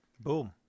Boom